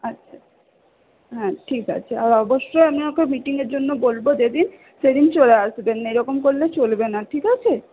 আচ্ছা হ্যাঁ ঠিক আছে আর অবশ্যই আপনাকে মিটিংয়ের জন্য বলব যে দিন সেদিন চলে আসবেন এরকম করলে চলবে না ঠিক আছে